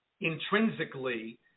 intrinsically